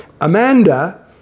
Amanda